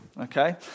Okay